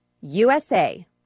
USA